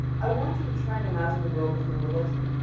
i want you to try and imagine a world with no religion.